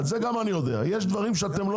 זה גם אני יודע יש דברים שאתם לא